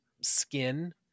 skin